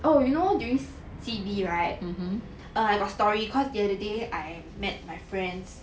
oh you know during C_B right err I got story cause the other day I met my friends